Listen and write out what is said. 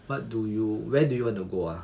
what do you where do you want to go ah